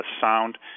sound